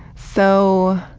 so.